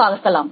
பார்க்கலாம்